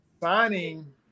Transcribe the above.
signing